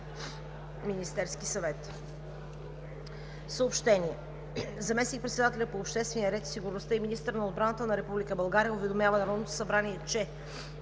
Министерския съвет“